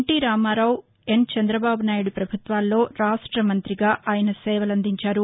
tea Rama Rao Chandrababu Naidu ప్రభుత్వాల్లో రాష్ట మంతిగా ఆయన సేవలందించారు